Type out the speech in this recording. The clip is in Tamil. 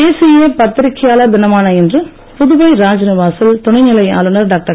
தேசிய பத்திரிகையாளர் தினமான இன்று புதுவை ராஜ்நிவா சில் துணைநிலை ஆளுனர் டாக்டர்